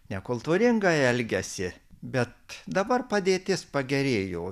nekultūringai elgiasi bet dabar padėtis pagerėjo